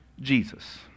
Jesus